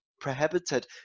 prohibited